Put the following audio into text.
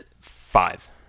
Five